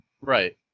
right